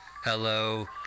Hello